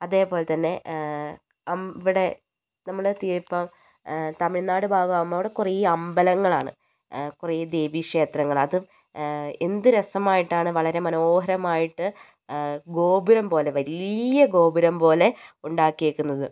അതേപോലെത്തന്നെ അം ഇവിടെ നമ്മുടെ ഇപ്പം തമിഴ്നാട് ഭാഗമാകുമ്പോൾ അവിടെ കുറേ അമ്പലങ്ങളാണ് കുറേ ദേവീക്ഷേത്രങ്ങളാണ് അതും എന്ത് രസമായിട്ടാണ് വളരെ മനോഹരമായിട്ട് ഗോപുരം പോലെ വലിയ ഗോപുരം പോലെ ഉണ്ടാക്കിയേക്കുന്നത്